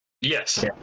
Yes